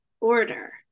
order